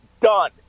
done